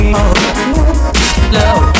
Love